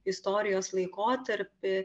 istorijos laikotarpį